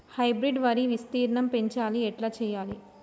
Hybrid వరి విస్తీర్ణం పెంచాలి ఎట్ల చెయ్యాలి?